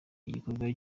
gikorwa